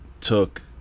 took